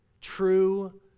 true